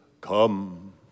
come